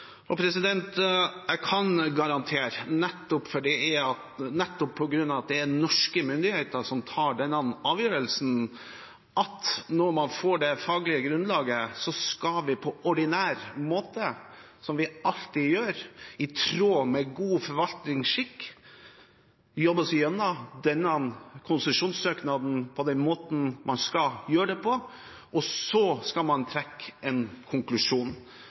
Jeg kan garantere – nettopp på grunn av at det er norske myndigheter som tar denne avgjørelsen – at når man får det faglige grunnlaget, skal vi på ordinær måte, som vi alltid gjør, i tråd med god forvaltningsskikk, jobbe oss igjennom denne konsesjonssøknaden på den måten man skal gjøre det, og så skal man trekke en konklusjon.